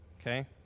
okay